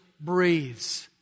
breathes